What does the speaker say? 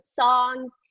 songs